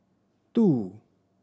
two